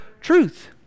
truth